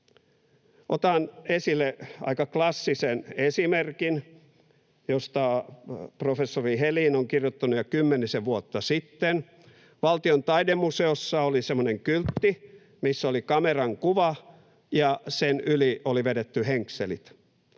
Otan esille aika klassisen esimerkin, josta professori Helin on kirjoittanut jo kymmenisen vuotta sitten. Valtion taidemuseossa oli semmoinen kyltti, missä oli kameran kuva, ja sen yli oli vedetty henkselit.